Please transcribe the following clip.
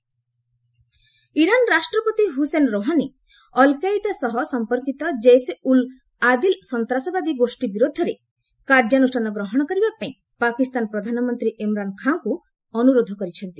Iran Pak Iran ରାଷ୍ଟ୍ରପତି Hassan Rouhani al Qaeda ସହ ସମ୍ପର୍କିତ ଜେସେ ଉଲ୍ ଆଦିଲ ସନ୍ତାସବାଦୀ ଗୋଷ୍ଠୀ ବିରୁଦ୍ଧରେ କାର୍ଯ୍ୟାନୁଷ୍ଠାନ ଗ୍ରହଣ କରିବା ପାଇଁ ପାକିସ୍ତାନ ପ୍ରଧାନମନ୍ତ୍ରୀ ଇମ୍ରାନ୍ ଖାଁଙ୍କୁ ଅନୁରୋଧ କରିଛନ୍ତି